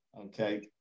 okay